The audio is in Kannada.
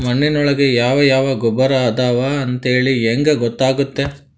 ಮಣ್ಣಿನೊಳಗೆ ಯಾವ ಯಾವ ಗೊಬ್ಬರ ಅದಾವ ಅಂತೇಳಿ ಹೆಂಗ್ ಗೊತ್ತಾಗುತ್ತೆ?